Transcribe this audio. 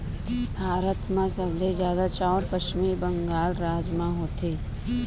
भारत म सबले जादा चाँउर पस्चिम बंगाल राज म होथे